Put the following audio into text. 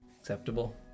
Acceptable